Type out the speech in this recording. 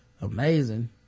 amazing